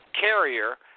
carrier